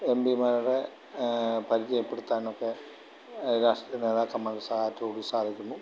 M പിമാരുടെ പരിചയപ്പെടുത്താനൊക്കെ രാഷ്ട്രീയ നേതാക്കന്മാരുടെ സഹായത്തോടുകൂടി സാധിക്കുന്നു